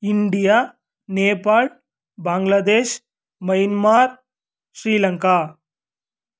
India Nepal Bangladesh Myanmar Sri Lanka